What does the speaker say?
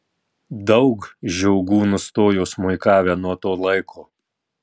daug žiogų nustojo smuikavę nuo to laiko